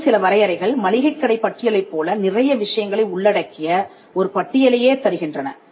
மேலும் சில வரையறைகள் மளிகைக் கடைப் பட்டியலைப் போல நிறைய விஷயங்களை உள்ளடக்கிய ஒரு பட்டியலையே தருகின்றன